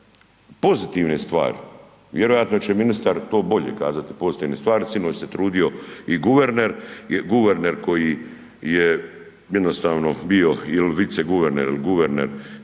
pozitivne stvari, vjerojatno će ministar to bolje kazati, pozitivne stvari, sinoć se trudio i guverner, guverner koji je jednostavno bio ili viceguverner ili guverner